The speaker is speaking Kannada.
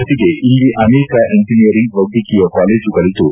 ಜೊತೆಗೆ ಇಲ್ಲಿ ಅನೇಕ ಎಂಜನಿಯರಿಂಗ್ ವೈದ್ಯಕೀಯ ಕಾಲೇಜುಗಳಿದ್ದು